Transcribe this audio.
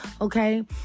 okay